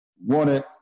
wanted